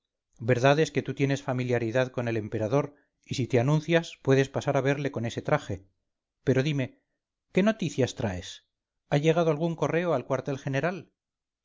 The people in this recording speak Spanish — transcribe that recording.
es que tú tienes familiaridad con el emperador y si te anuncias puedes pasar a verle con ese traje pero dime qué noticias traes ha llegado algún correo al cuartel general